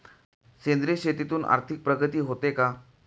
सेंद्रिय शेतीतून आर्थिक प्रगती होते का?